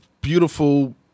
beautiful